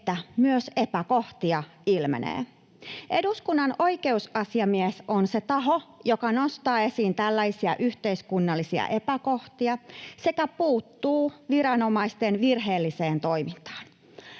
että myös epäkohtia ilmenee. Eduskunnan oikeusasiamies on se taho, joka nostaa esiin tällaisia yhteiskunnallisia epäkohtia sekä puuttuu viranomaisten virheelliseen toimintaan.